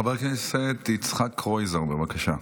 חבר הכנסת יצחק קרויזר, בבקשה.